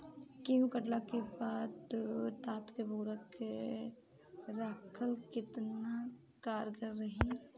गेंहू कटला के बाद तात के बोरा मे राखल केतना कारगर रही?